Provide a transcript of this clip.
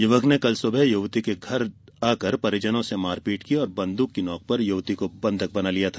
युवक ने कल सुबह युवती के घर आकर परिजन से मारपीट की और बन्दुक की नोक पर युवती को बन्धक बना लिया था